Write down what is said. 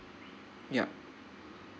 yup